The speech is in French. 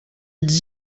dix